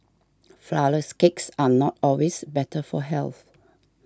Flourless Cakes are not always better for health